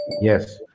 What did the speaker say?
Yes